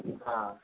हाँ